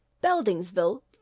Beldingsville